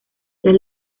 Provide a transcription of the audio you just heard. las